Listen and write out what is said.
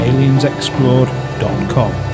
AliensExplored.com